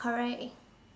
correct